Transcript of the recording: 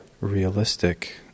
realistic